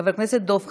חבר הכנסת דב חנין,